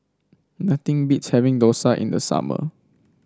nothing beats having dosa in the summer